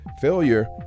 failure